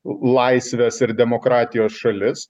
laisvės ir demokratijos šalis